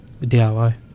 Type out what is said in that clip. diy